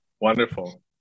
wonderful